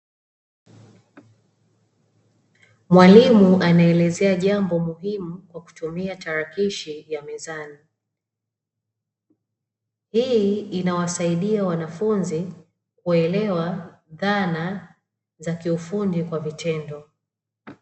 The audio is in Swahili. Mwalimu anaelezea jambo muhimu kwa kutumia tarakishi ya mezani. Hii inawasaidia wanafunzi kuelewa dhana za kiufundi kwa vitendo.